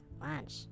Lunch